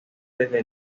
desde